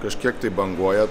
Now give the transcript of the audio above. kažkiek tai banguoja